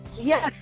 Yes